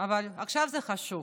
אבל עכשיו זה חשוב,